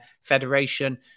federation